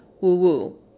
Woo-woo